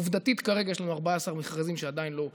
עובדתית, כרגע יש לנו 14 מכרזים שעדיין לא בוצעו.